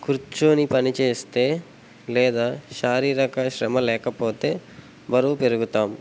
కూర్చుని పనిచేస్తే లేదా శారీరక శ్రమ లేకపోతే బరువు పెరుగుతాం